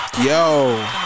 Yo